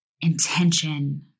intention